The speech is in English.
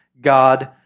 God